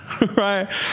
Right